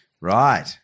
Right